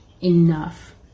enough